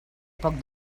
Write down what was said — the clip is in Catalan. poc